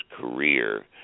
career